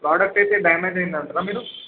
product అయితే damage అయ్యింది అంటారా మీరు